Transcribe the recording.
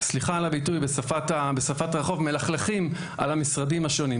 סליחה על הביטוי בשפת רחוב מלכלכים על המשרדים השונים.